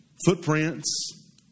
Footprints